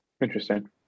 Interesting